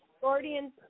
Guardians